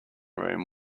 room